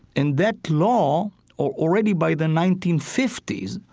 and that law, already by the nineteen fifty s,